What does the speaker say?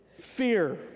fear